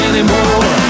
anymore